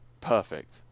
perfect